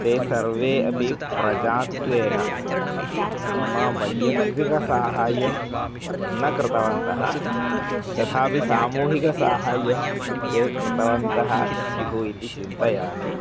ते सर्वे अपि प्रजात्वेन मम वैयक्तिकं साहाय्यं न कृतवन्तः तथापि सामूहिकं साहाय्यं ते कृतवन्तः स्युः इति चिन्तयामि